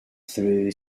through